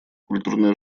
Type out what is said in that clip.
культурные